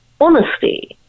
honesty